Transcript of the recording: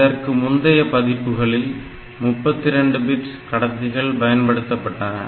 இதற்கு முந்தைய பதிப்புகளில் 32 பிட் கடத்திகள் பயன்படுத்தப்பட்டன